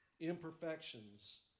imperfections